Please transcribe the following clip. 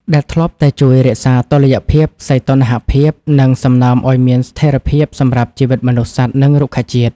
ដែលធ្លាប់តែជួយរក្សាតុល្យភាពសីតុណ្ហភាព និងសំណើមឱ្យមានស្ថិរភាពសម្រាប់ជីវិតមនុស្ស សត្វ និងរុក្ខជាតិ។